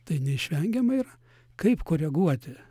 tai neišvengiama yra kaip koreguoti